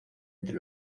entre